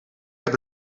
heb